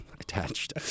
attached